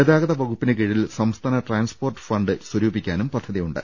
ഗതാ ഗത വകുപ്പിന് കീഴിൽ സംസ്ഥാന ട്രാൻസ്പോർട്ട് ഫണ്ട് സ്വരൂപിക്കാനും പദ്ധതിയുണ്ട്